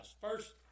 First